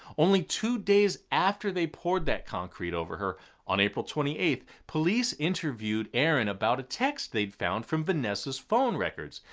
only two days after they poured that concrete over her on april twenty eighth, police interviewed aaron about a text they'd found from vanessa's phone records.